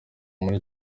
muri